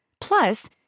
Plus